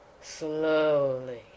Slowly